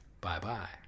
Bye-bye